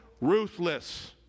ruthless